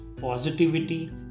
positivity